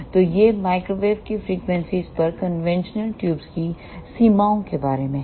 तो यह माइक्रोवेव की फ्रीक्वेंसीयों पर कन्वेंशनल ट्यूब की सीमाओं के बारे में है